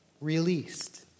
released